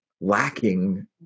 lacking